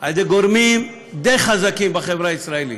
על ידי גורמים די חזקים בחברה הישראלית.